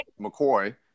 McCoy